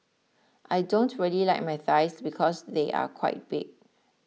I don't really like my thighs because they are quite big